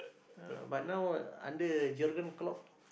ah but now under Jurgen-Klopp